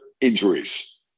injuries